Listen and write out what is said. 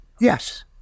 Yes